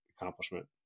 accomplishment